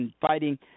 fighting